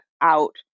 out